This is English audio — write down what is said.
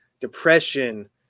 depression